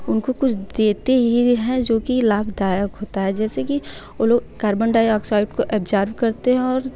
उनको कुछ देते ही है जो कि लाभदायक होता है जैसे कि वो लोग कार्बनडाईऑक्साइड को एबजोर्ब करते हैं और